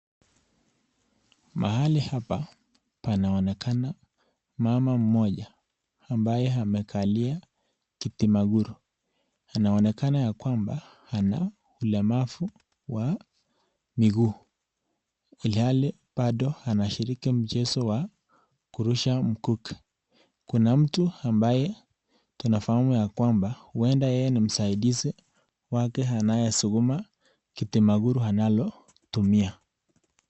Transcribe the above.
Mahali hapa panaonekana mama mmoja ambaye amekalia kiti maguru . Anaonekana ya kwamba, ana ulemavu wa miguu, ilhali bado anashiriki mchezo wa kurusha mkuki. Kuna mtu ambaye tunafahamu ya kwamba, huenda yeye ni msaidizi wake anayesukuma kiti maguru analotumia.